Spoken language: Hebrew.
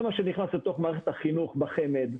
זה מה שנכנס לתוך מערכת החינוך בחמ"ד.